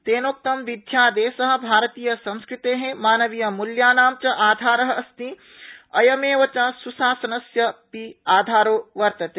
तेनोक्तम् विध्यादेश भारतीय संस्कृते मानवीयमूल्यानां च आधार अस्ति अयमेव च सुशासनस्यापि आधारो वर्तते